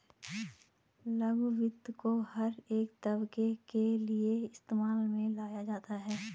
लघु वित्त को हर एक तबके के लिये इस्तेमाल में लाया जाता है